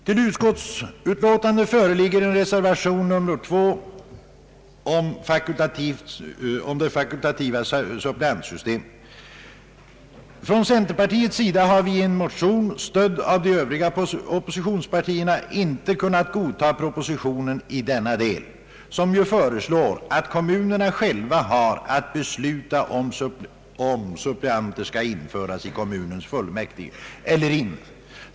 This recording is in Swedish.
Till utskottets utlåtande är fogad en reservation, nr 2, om fakultativt suppleantsystem. Centern har i en motion, stödd av de övriga oppositionspartierna, inte kunnat godta propositionen i denna del, där det föreslås att kommunerna själva skall ha att besluta om suppleanter skall utses till kommunens fullmäktige eller inte.